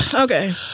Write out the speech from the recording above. Okay